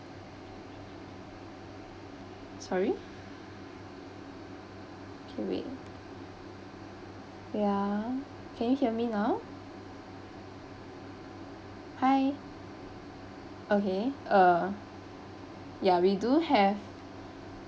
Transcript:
sorry ya can you hear me now hi okay uh ya we do have